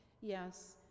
yes